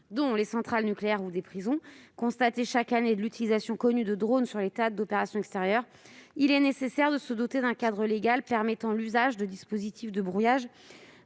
(dont des centrales nucléaires ou des prisons) constatés chaque année et de l'utilisation connue de drones sur les théâtres d'opérations extérieures, il est nécessaire de se doter d'un cadre légal permettant l'usage de dispositifs de brouillage